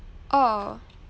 oh